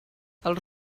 els